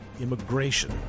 immigration